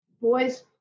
boys